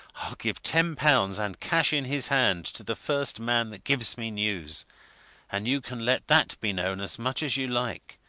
i'll give ten pounds, and cash in his hand, to the first man that gives me news and you can let that be known as much as you like,